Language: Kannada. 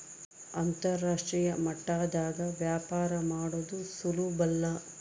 ಅಂತರಾಷ್ಟ್ರೀಯ ಮಟ್ಟದಾಗ ವ್ಯಾಪಾರ ಮಾಡದು ಸುಲುಬಲ್ಲ